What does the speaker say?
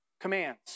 commands